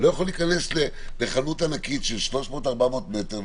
לא ניתן להיכנס לחנות ענקית של 300-400 מ"ר,